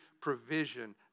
provision